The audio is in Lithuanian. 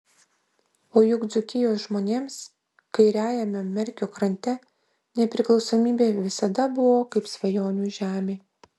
o juk dzūkijos žmonėms kairiajame merkio krante nepriklausomybė visada buvo kaip svajonių žemė